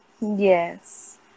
Yes